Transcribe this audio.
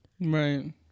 Right